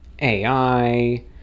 ai